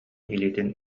илиитин